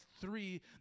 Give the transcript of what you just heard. three